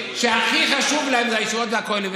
והכי חשוב להם זה הישיבות והכוללים.